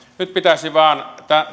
nyt pitäisi vain